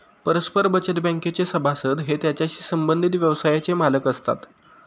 परस्पर बचत बँकेचे सभासद हे त्याच्याशी संबंधित व्यवसायाचे मालक असतात